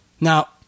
Now